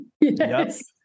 yes